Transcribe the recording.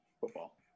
football